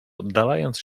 oddalając